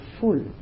full